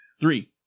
Three